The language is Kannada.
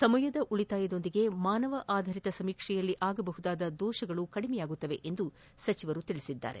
ಸಮಯದ ಉಳಿತಾಯದ ಜೊತೆಗೆ ಮಾನವ ಆಧಾರಿತ ಸಮೀಕ್ಷೆಯಲ್ಲಿರಬಹುದಾದ ದೋಷಗಳು ಕಡಿಮೆಯಾಗಲಿವೆ ಎಂದು ಸಚಿವರು ಹೇಳಿದ್ದಾರೆ